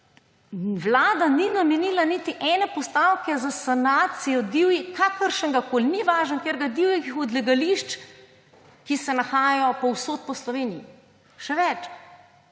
vlada ni namenila niti ene postavke za sanacijo kakršnegakoli, ni važno, divjih odlagališč, ki se nahajajo povsod po Sloveniji. Še več,